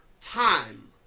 time